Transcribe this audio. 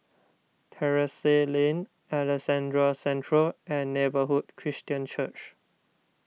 Terrasse Lane Alexandra Central and Neighbourhood Christian Church